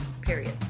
period